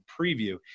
preview